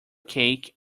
cake